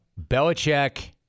Belichick